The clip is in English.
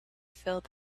filled